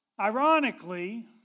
Ironically